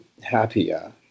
happier